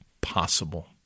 possible